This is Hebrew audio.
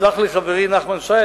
יסלח לי חברי נחמן שי,